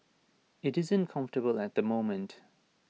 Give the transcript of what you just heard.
IT isn't comfortable at the moment